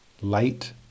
Light